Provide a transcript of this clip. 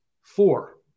four